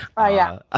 ah, yeah. ah